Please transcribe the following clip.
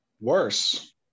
Worse